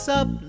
up